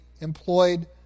employed